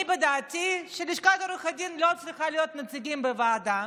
אני בדעה שללשכת עורכי הדין לא צריכים להיות נציגים בוועדה,